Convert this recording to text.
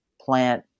plant